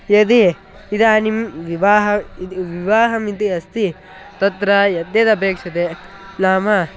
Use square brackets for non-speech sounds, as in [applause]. यदि इदानीं विवाहः [unintelligible] विवाहमिति अस्ति तत्र यद्यदपेक्षते नाम